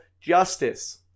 justice